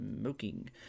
Smoking